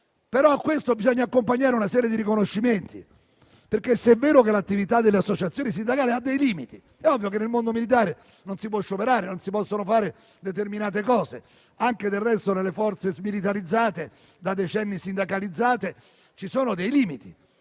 A questo bisogna però accompagnare una serie di riconoscimenti, perché è vero che l'attività delle associazioni sindacali ha dei limiti (è ovvio che nel mondo militare non si può scioperare e non si possono fare determinate cose). Del resto, anche nelle forze smilitarizzate, da decenni sindacalizzate, ci sono limiti